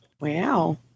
Wow